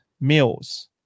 meals